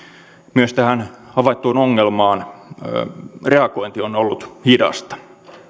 myös tähän havaittuun ongelmaan reagointi on ollut hidasta